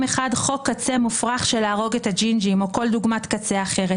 אחד חוק קצה מופרך של להרוג את הג'ינג'ים או כל דוגמת קצה אחרת.